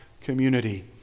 community